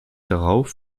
darauf